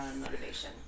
motivation